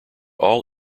all